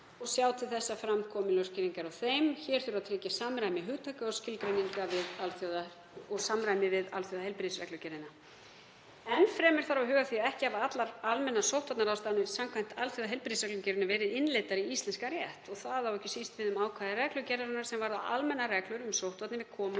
og sjá til þess að fram komi lögskýringar á þeim. Hér þurfi að tryggja samræmi hugtaka og skilgreininga við alþjóðaheilbrigðisreglugerðina. Enn fremur þurfi að huga að því að ekki hafa allar almennar sóttvarnaráðstafanir samkvæmt alþjóðaheilbrigðisreglugerðinni verið innleiddar í íslenskan rétt og það á ekki síst við um ákvæði reglugerðarinnar sem varða almennar reglur um sóttvarnir við komu